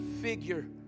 figure